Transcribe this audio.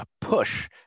push